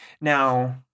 Now